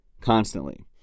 constantly